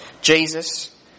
Jesus